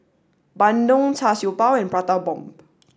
Bandung char siew bao and Prata Bomb